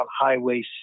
Highway